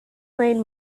lane